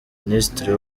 minisitiri